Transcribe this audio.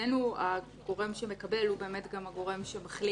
אצלנו הגורם שמקבל הוא גם הגורם שמחליט.